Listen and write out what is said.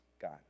God